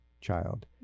child